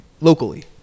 Locally